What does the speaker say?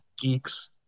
geeks